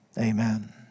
Amen